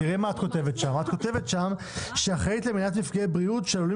את כותבת שם: אחראית למניעת מפגעי בריאות העלולים